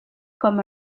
comme